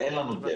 ואין לנו דרך.